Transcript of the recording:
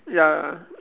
ya